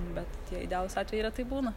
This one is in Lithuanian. bet tie idealūs atvejai retai būna